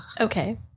Okay